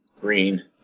Green